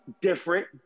different